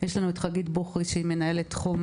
יש לנו את חגית בוכריס שהיא מנהלת תחום